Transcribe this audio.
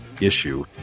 issue